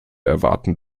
erwarten